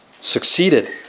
succeeded